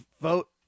vote